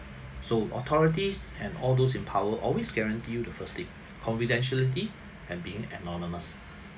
so authorities and all those in power always guarantee you the first thing confidentiality and being anonymous